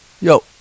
Yo